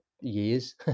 years